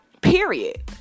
period